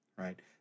right